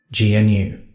GNU